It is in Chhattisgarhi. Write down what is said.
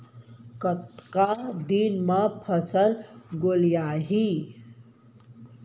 कतका दिन म फसल गोलियाही?